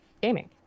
gaming